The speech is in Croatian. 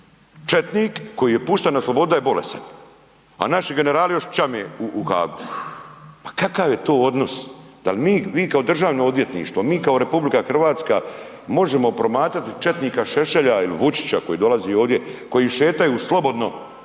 Četnik koji je pušten na slobodu da je bolestan a naši generali još čame u Haagu. Pa kakav je to odnos? Da li vi kao Državno odvjetništvo, mi kao RH, možemo promatrati četnika Šešelja ili Vučića koji dolazi ovdje, koji šetaju slobodno, hodaju po